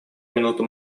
минуту